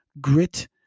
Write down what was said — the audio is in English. grit